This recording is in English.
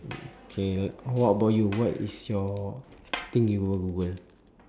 K what about you what is your thing you will google